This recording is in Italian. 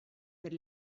per